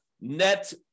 net